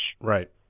right